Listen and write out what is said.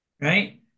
Right